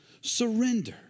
surrender